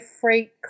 freight